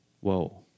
Whoa